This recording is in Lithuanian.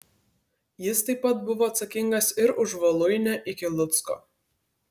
jis taip pat buvo atsakingas ir už voluinę iki lucko